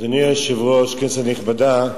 אדוני היושב-ראש, כנסת נכבדה,